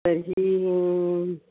तर्हि